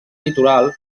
litoral